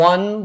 One